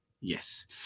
Yes